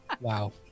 Wow